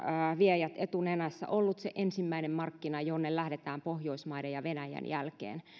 viejille etunenässä se ensimmäinen markkina jonne lähdetään pohjoismaiden ja venäjän jälkeen